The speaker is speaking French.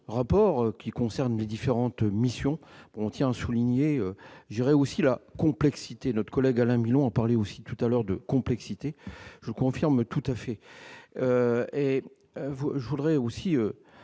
rapports, qui concerne les différentes missions, on tient à souligner, je dirais aussi la complexité notre collègue Alain Milon en parler aussi tout à l'heure de complexité je confirme tout à fait et vous je voudrais aussi